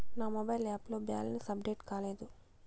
నా mobile app లో balance update కాలేదు